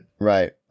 Right